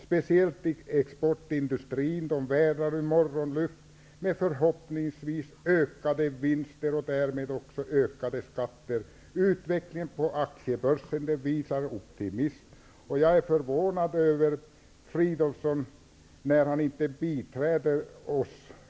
Speciellt exportindustrin vädrar morgonluft med förhoppningsvis ökade vinster och därmed också ökade skatter. Utvecklingen på aktiebörsen visar på optimism. Jag är förvånad över att Filip Fridolfsson inte biträder oss.